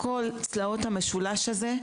לכל צלעות המשולש הזה,